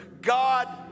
god